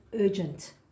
urgent